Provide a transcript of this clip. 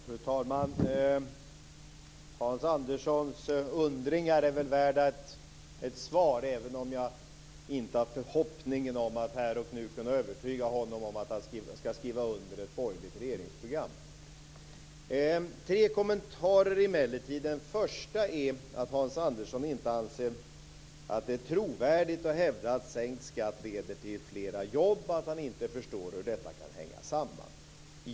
Fru talman! Hans Anderssons undringar är värda ett svar även om jag inte har förhoppningen om att här och nu kunna övertyga honom om att han skall skriva under ett borgerligt regeringsprogram. Tre kommentarer har jag emellertid. Den första är att Hans Andersson inte anser att det är trovärdigt att hävda att sänkt skatt leder till fler jobb och att han inte förstår hur detta kan hänga samman.